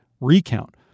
recount